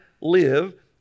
live